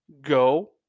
go